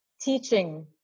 teaching